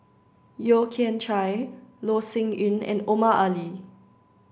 Yeo Kian Chye Loh Sin Yun and Omar Ali